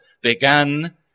began